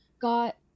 got